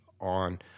on